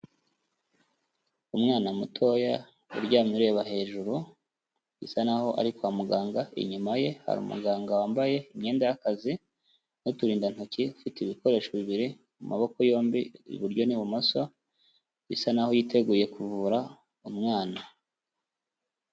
Umwana mutoya uryamye ureba hejuru, bisa naho ari kwa muganga, inyuma ye hari umuganga wambaye imyenda y'akazi, n'uturindantoki, ufite ibikoresho bibiri, mu maboko yombi iburyo n'ibumoso, bisa naho yiteguye kuvura umwana.